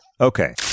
okay